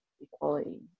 equality